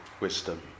wisdom